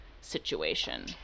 situation